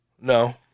No